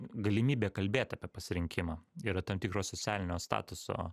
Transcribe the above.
galimybė kalbėt apie pasirinkimą yra tam tikro socialinio statuso